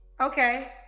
Okay